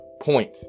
point